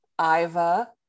iva